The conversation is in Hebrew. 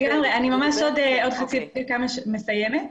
אני מסיימת.